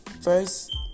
First